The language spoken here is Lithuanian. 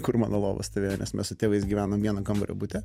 kur mano lova stovėjo nes mes su tėvais gyvenom vieno kambario bute